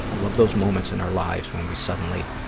i love those moments in our lives when we suddenly,